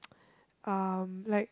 um like